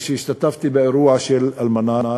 כשהשתתפתי באירוע של "אלמנארה".